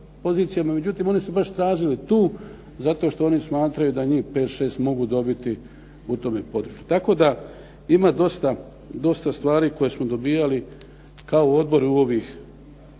međutim oni su baš tražili tu zato što oni smatraju da njih 5, 6 mogu dobiti u tome području. Tako da ima dosta stvari koje smo dobijali kao odbori u ovih